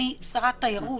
אני שרת התיירות,